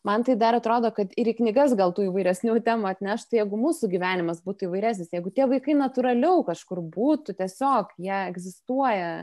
man tai dar atrodo kad ir į knygas gal tų įvairesnių temų atneštų jeigu mūsų gyvenimas būtų įvairesnis jeigu tie vaikai natūraliau kažkur būtų tiesiog jie egzistuoja